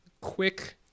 quick